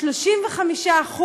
35%